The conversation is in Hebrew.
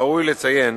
ראוי לציין